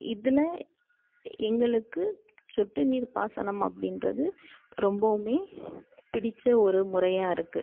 இதில் எங்களுக்கு சொட்டு நீர் பாசனம் அப்படின்றது ரொம்பவுமே பிடித்த ஒரு முறையாக இருக்குது